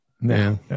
man